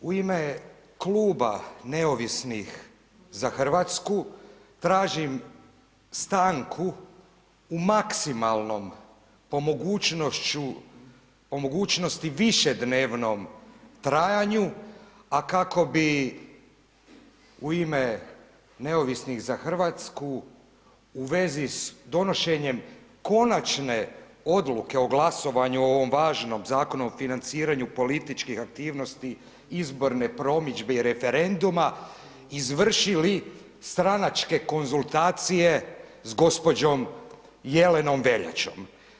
U ime Kluba neovisnih za Hrvatsku tražim stanku u maksimalnom, po mogućnosti višednevnom trajanju a kako bi u ima Neovisnih za Hrvatsku u vezi s donošenjem konačne odluke o glasovanju o ovom važnom Zakonu o financiranju političkih aktivnosti izborne promidžbe i referenduma izvršili stranačke konzultacije sa gospođo Jelenom Veljačom.